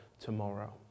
tomorrow